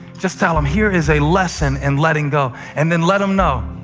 just tell them, here is a lesson in letting go, and then let them know,